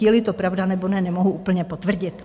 Jeli to pravda, nebo ne, nemohu úplně potvrdit.